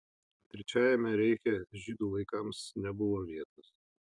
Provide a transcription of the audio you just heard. trečiajame reiche žydų vaikams nebuvo vietos